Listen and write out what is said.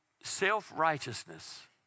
Self-righteousness